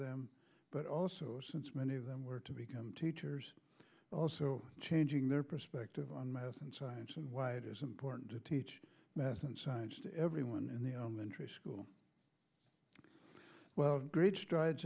them but also since many of them were to become teachers also changing their perspective on math and science and why it is important to teach math and science to everyone in the elementary school great strides